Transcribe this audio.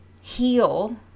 heal